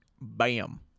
Bam